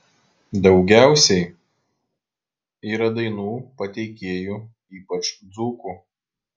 daugiausiai yra dainų pateikėjų ypač dzūkų